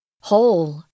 Whole